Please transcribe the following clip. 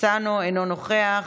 אינו נוכח,